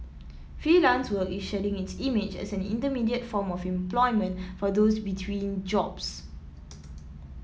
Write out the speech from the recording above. freelance work is shedding its image as an intermediate form of employment for those between jobs